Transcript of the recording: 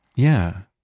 yeah,